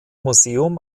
museum